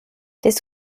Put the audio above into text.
this